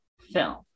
film